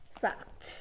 fact